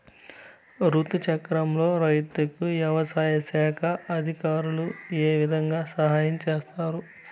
రుతు చక్రంలో రైతుకు వ్యవసాయ శాఖ అధికారులు ఏ విధంగా సహాయం చేస్తారు?